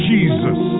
Jesus